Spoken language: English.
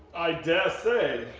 i dare say.